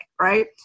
right